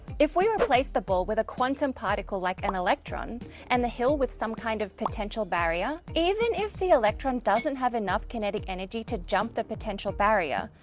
if we replace the ball with a quantum particle like an electron and the hill with some kind of potential barrier, even if the electron doesn't have enough kinetic energy to jump the potential barrier,